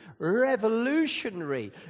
revolutionary